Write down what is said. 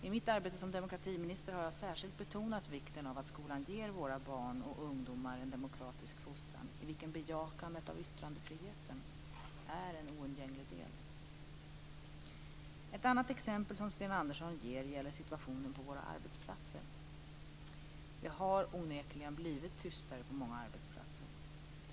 I mitt arbete som demokratiminister har jag särskilt betonat vikten av att skolan ger våra barn och ungdomar en demokratisk fostran, i vilken bejakandet av yttrandefriheten är en oundgänglig del. Ett annat exempel som Sten Andersson ger gäller situationen på våra arbetsplatser. Det har onekligen blivit tystare på många arbetsplatser.